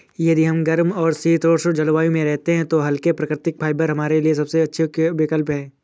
यदि हम गर्म और समशीतोष्ण जलवायु में रहते हैं तो हल्के, प्राकृतिक फाइबर हमारे लिए सबसे अच्छे विकल्प हैं